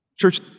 Church